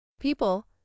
People